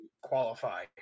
qualify